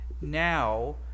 now